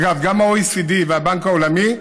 אגב, גם ה-OECD והבנק העולמי,